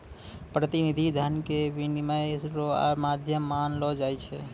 प्रतिनिधि धन के विनिमय रो माध्यम मानलो जाय छै